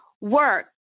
work